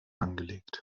angelegt